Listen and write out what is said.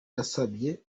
yabasabye